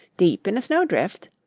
deep in a snow drift.